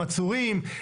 עצורים,